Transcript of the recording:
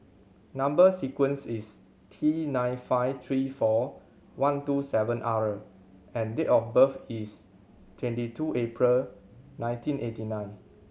number sequence is T nine five three four one two seven R and date of birth is twenty two April nineteen eighty nine